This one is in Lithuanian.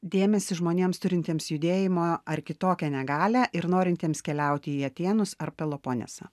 dėmesį žmonėms turintiems judėjimo ar kitokią negalią ir norintiems keliaut į atėnus ar pelaponesą